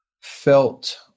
felt